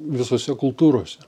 visose kultūrose